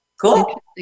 Cool